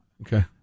Okay